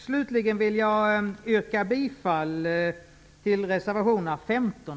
Slutligen vill jag yrka bifall till reservationerna 15